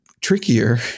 trickier